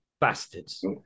Bastards